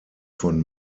von